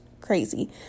crazy